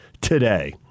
today